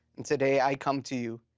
and today i come to you,